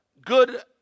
good